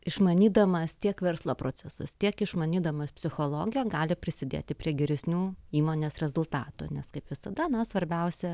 išmanydamas tiek verslo procesus tiek išmanydamas psichologiją gali prisidėti prie geresnių įmonės rezultatų nes kaip visada na svarbiausia